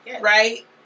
right